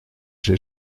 j’ai